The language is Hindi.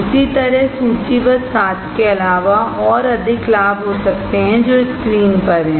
उसी तरहसूचीबद्ध 7 के अलावा और अधिक लाभ हो सकते हैं जो स्क्रीन पर हैं